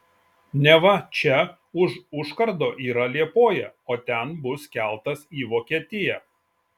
neva čia už užkardo yra liepoja o ten bus keltas į vokietiją